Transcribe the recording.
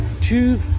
Two